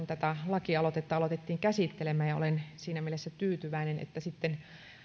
tätä lakialoitetta aloitettiin käsittelemään ja olen siinä mielessä tyytyväinen että sitten